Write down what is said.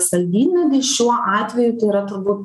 saldymedį šiuo atveju tai yra turbūt